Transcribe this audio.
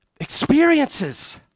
experiences